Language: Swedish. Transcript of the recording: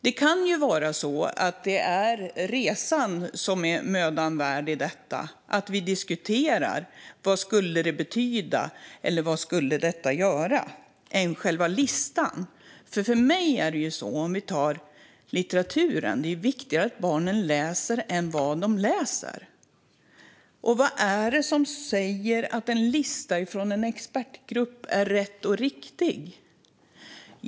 Det kan vara så att det är resan som är mödan värd, att vi diskuterar vad detta skulle betyda och vad det skulle göra, snarare än själva listan. När det gäller litteraturen är det för mig viktigare att barnen läser än vad de läser. Och vad är det som säger att en lista från en expertgrupp är rätt och riktig?